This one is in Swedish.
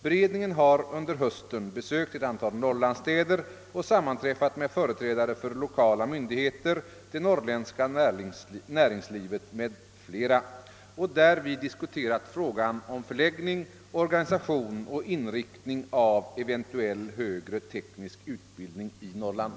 Beredningen har under hösten besökt ett antal norrlandsstäder och sammanträffat med företrädare för lokala myndigheter, det norrländska näringslivet m.fl. och därvid diskuterat frågan om förläggning, organisation och inriktning av eventuell högre teknisk utbildning i Norrland.